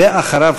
ואחריו,